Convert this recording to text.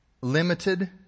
limited